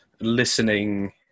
listening